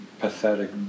pathetic